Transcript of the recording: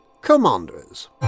commanders